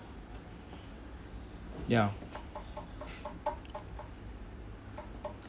ya